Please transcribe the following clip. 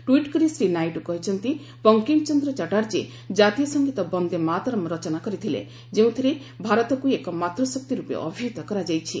tweet କରି ଶ୍ରୀ ନାଇଡୁ କହିଛନ୍ତି ବଙ୍କିମ୍ ଚନ୍ଦ୍ର ଚାଟ୍ଟାର୍ଜୀ ଜାତୀୟ ସଙ୍ଗୀତ 'ବନ୍ଦେ ମାତରମ୍' ରଚନା କରିଥିଲେ ଯେଉଁଥିରେ ଭାରତକୁ ଏକ ମାତୃଶକ୍ତି ରୂପେ ଅଭିହିତ କରାଯାଇଛି